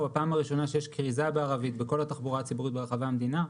בפעם הראשונה שיש כריזה בערבית בכל התחבורה הציבורית ברחבי המדינה,